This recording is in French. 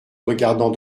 regardant